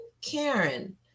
Karen